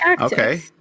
Okay